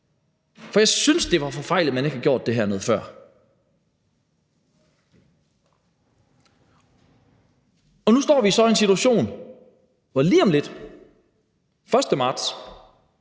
For jeg synes, det er forfejlet, at man ikke har gjort det her noget før. Nu står vi så i en situation, hvor det lige om lidt er den 1. marts.